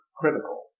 critical